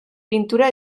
pintura